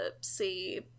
see